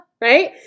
right